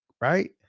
Right